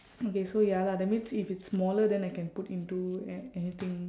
okay so ya lah that means if it's smaller then I can put into a~ anything